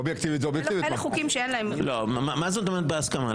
מה זאת אומרת בהסכמה?